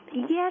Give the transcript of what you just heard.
Yes